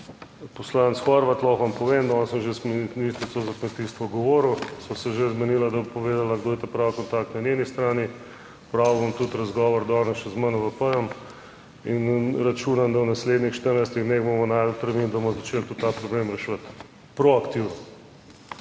Poslanec Horvat, lahko vam povem, danes sem že z ministrico za kmetijstvo govoril, sva se že zmenila, da bo povedala kdo je ta pravi kontakt na njeni strani, opravil bom tudi razgovor danes še z MVP in računam, da v naslednjih 14 dneh bomo našli termin, da bomo začeli tudi ta problem reševati, proaktivno.